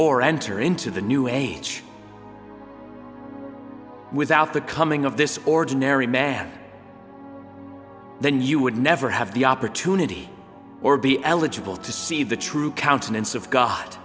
or enter into the new age without the coming of this ordinary man then you would never have the opportunity or be eligible to see the true countenance of god